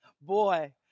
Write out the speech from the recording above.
Boy